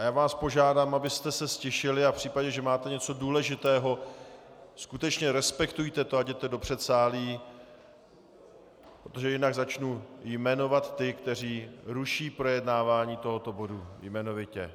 Já vás požádám, abyste se ztišili, a v případě, že máte něco důležitého, skutečně respektujte to a jděte do předsálí, protože jinak začnu jmenovat ty, kteří ruší projednávání tohoto bodu, jmenovitě.